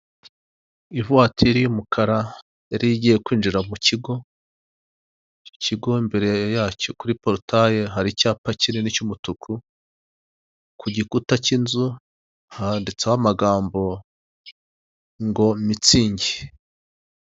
Ivuwatiri y'umukara yari igiye kwinjira mukigo, icyo kigo imbere yacyo kuri porotayi hari icyapa kinini cy'umutuku, kugikuta cy'inzu handitseho amagambo ngo mitsingi.